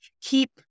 keep